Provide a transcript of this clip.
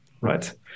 Right